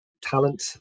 talent